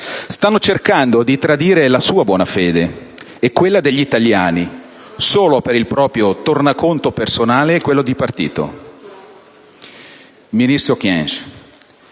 stanno cercando di tradire la sua buona fede e quella degli italiani solo per il proprio tornaconto personale e quello di partito. Ministro Kyenge,